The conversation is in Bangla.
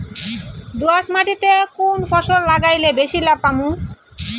দোয়াস মাটিতে কুন ফসল লাগাইলে বেশি লাভ পামু?